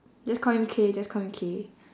just call him K just call him K